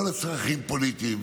לא לצרכים פוליטיים,